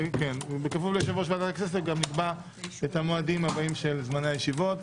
בכפוף ליושב-ראש ועדת הכנסת נקבע את המועדים הבאים של זמני הישיבות.